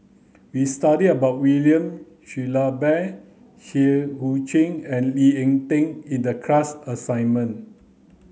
we studied about William Shellabear Seah Eu Chin and Lee Ek Tieng in the class assignment